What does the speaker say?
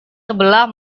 sebelah